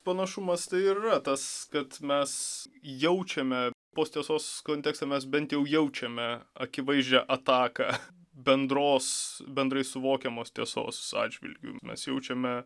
panašumas tai ir yra tas kad mes jaučiame post tiesos kontekste mes bent jau jaučiame akivaizdžią ataką bendros bendrai suvokiamos tiesos atžvilgiu mes jaučiame